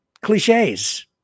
cliches